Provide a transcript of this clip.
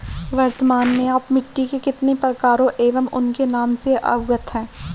वर्तमान में आप मिट्टी के कितने प्रकारों एवं उनके नाम से अवगत हैं?